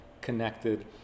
connected